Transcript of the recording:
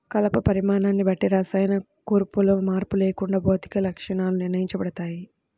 కలప పరిమాణాన్ని బట్టి రసాయన కూర్పులో మార్పు లేకుండా భౌతిక లక్షణాలు నిర్ణయించబడతాయి